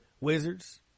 Wizards